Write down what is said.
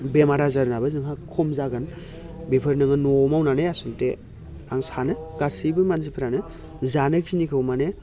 बेमार आजारआबो नोंहा खम जागोन बेफोर नोङो न'आव मावनानै आसलथे आं सानो गासैबो मानसिफोरानो जानायखिनिखौ माने